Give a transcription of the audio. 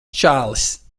čalis